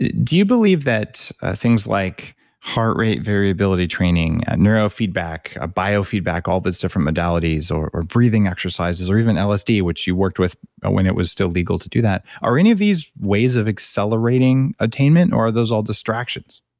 do you believe that things like heart rate, variability training neurofeedback, biofeedback, all those different modalities, or or breathing exercises, or even lsd, which you worked with when it was still legal to do that, are any of these ways of accelerating attainment or are those all distractions?